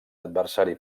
adversari